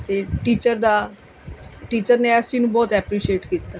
ਅਤੇ ਟੀਚਰ ਦਾ ਟੀਚਰ ਨੇ ਇਸ ਚੀਜ਼ ਨੂੰ ਬਹੁਤ ਐਪਰੀਸ਼ੀਏਟ ਕੀਤਾ